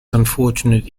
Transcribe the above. unfortunate